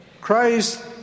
Christ